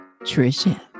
Trisha